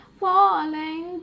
falling